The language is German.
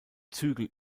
zügel